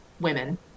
women